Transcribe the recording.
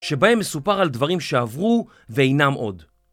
שבהם מסופר על דברים שעברו ואינם עוד.